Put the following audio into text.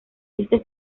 este